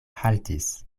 haltis